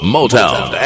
Motown